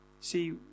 See